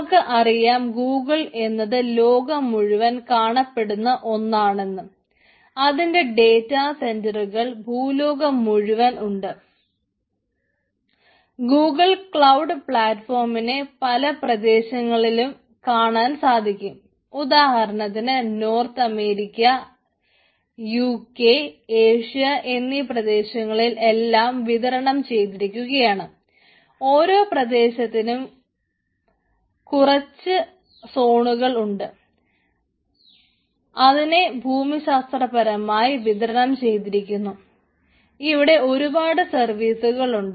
നമുക്ക് അറിയാം ഗൂഗുൾ എന്നിങ്ങനെ ഉണ്ട്